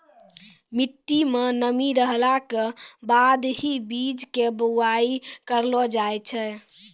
मिट्टी मं नमी रहला के बाद हीं बीज के बुआई करलो जाय छै